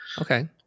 Okay